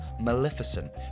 Maleficent